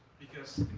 because,